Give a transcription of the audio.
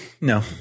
no